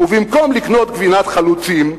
במקום לקנות גבינת החלוצים,